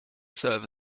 server